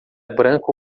branco